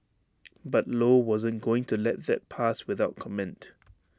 but low wasn't going to let that pass without comment